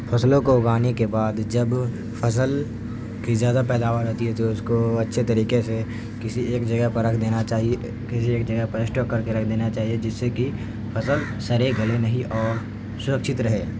فصلوں کو اگانے کے بعد جب فصل کی زیادہ پیداوار ہوتی ہے جو اس کو اچھے طریقے سے کسی ایک جگہ پر رکھ دینا چاہیے کسی ایک جگہ پر اسٹور کر کے رکھ دینا چاہیے جس سے کہ فصل سڑے گلے نہیں اور سرکچھت رہے